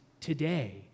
today